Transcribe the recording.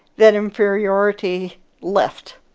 that inferiority left